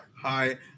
Hi